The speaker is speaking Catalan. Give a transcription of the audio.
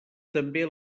també